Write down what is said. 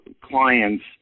clients